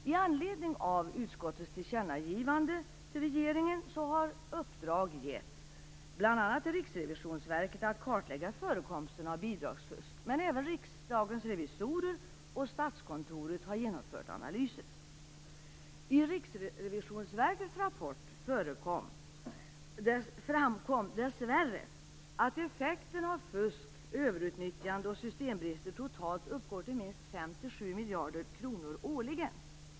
Med anledning av utskottets tillkännagivande till regeringen har uppdrag getts bl.a. till Riksrevisionsverket att kartlägga förekomsten av bidragsfusk. Men även riksdagens revisorer och Statskontoret har genomfört analyser. I Riksrevisionsverkets rapport framkom - dessvärre - att effekten av fusk, överutnyttjande och systembrister uppgår till totalt minst 5-7 miljarder kronor årligen.